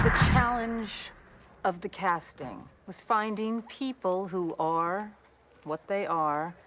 challenge of the casting was finding people who are what they are,